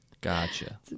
Gotcha